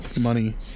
money